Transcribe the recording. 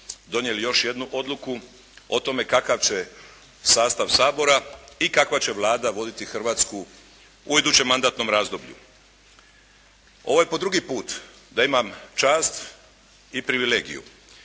donijeli još jednu odluku o tome kakav će sastav Sabora i kakva će Vlada voditi Hrvatsku u idućem mandatnom razdoblju. Ovo je po drugi put da imam čast i privilegiju